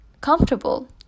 comfortable